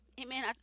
amen